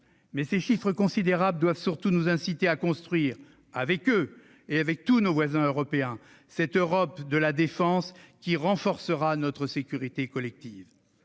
Mais ces chiffres considérables doivent surtout nous inciter à construire avec elle, comme avec tous nos voisins européens, cette Europe de la défense qui renforcera notre sécurité collective.